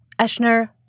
Eschner